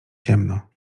ciemno